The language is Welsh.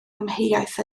amheuaeth